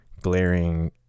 glaring